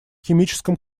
химическом